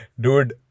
dude